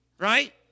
Right